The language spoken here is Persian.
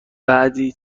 بعدی